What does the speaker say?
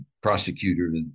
prosecutor